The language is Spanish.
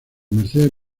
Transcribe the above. mercedes